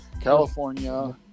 California